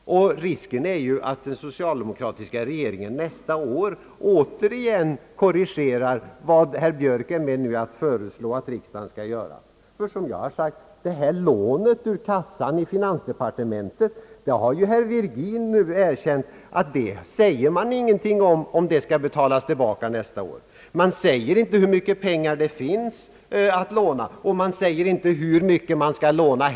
Och risken är att den socialdemokratiska regeringen nästa år återigen korrigerar vad herr Björk nu är med om att föreslå att riksdagen skall göra. Ty som jag har sagt: lånet ur kassan i finansdepartementet och huruvida det skall betalas tillbaka nästa år säger man ingenting om, såsom herr Virgin har erkänt. Man säger inte hur mycket pengar det finns och inte heller hur mycket man skall låna.